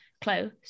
close